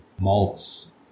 malts